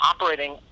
operating